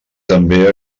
també